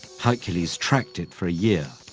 hercules tracked it for a year,